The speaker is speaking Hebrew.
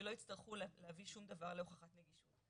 שלא יצטרכו להביא שום דבר להוכחת נגישות.